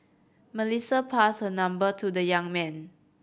Melissa passed her number to the young man